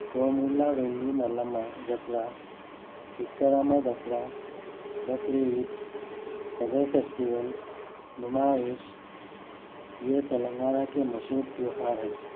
کوملاویلیمالما جترا چیتاراما جترا بقرعید صدر فیسٹول نمائش یہ تلنگانہ کے مشہور تیوہار ہیں